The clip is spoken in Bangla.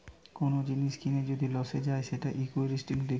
কোন জিনিস কিনে যদি লসে যায় সেটা লিকুইডিটি রিস্ক